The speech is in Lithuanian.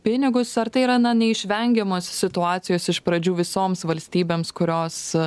pinigus ar tai yra na neišvengiamos situacijos iš pradžių visoms valstybėms kurios